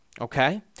okay